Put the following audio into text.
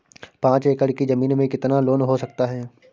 पाँच एकड़ की ज़मीन में कितना लोन हो सकता है?